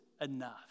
enough